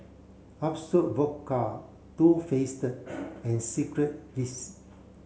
Absolut Vodka Too Faced and Secret Recipe